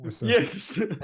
Yes